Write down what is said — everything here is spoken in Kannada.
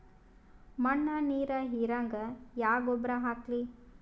ಮಣ್ಣ ನೀರ ಹೀರಂಗ ಯಾ ಗೊಬ್ಬರ ಹಾಕ್ಲಿ?